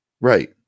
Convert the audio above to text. Right